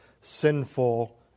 sinful